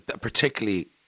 particularly